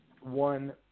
one